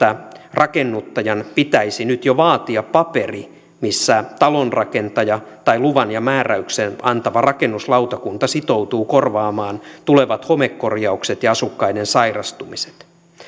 rakennuttajan pitäisi nyt jo vaatia paperi missä talonrakentaja tai luvan ja määräyksen antava rakennuslautakunta sitoutuu korvaamaan tulevat homekorjaukset ja asukkaiden sairastumiset